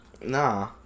nah